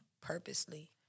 purposely